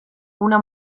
una